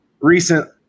recent